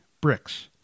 bricks